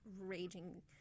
raging